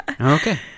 Okay